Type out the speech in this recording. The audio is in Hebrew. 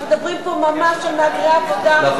אנחנו מדברים פה ממש על מהגרי עבודה.